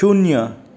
शून्य